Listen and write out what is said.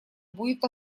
будет